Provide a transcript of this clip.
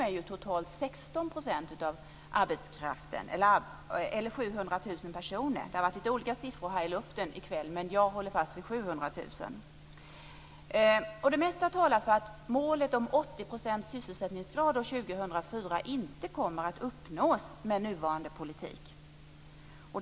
De utgör totalt 16 % av arbetskraften - det har förekommit lite olika siffror här i kväll men jag håller fast vid att det är fråga om 700 000 personer. Det mesta talar för att målet om 80 % syselsättningsgrad år 2004 inte kommer att uppnås med nuvarande politik.